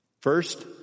First